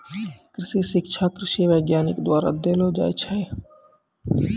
कृषि शिक्षा कृषि वैज्ञानिक द्वारा देलो जाय छै